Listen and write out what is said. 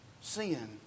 sin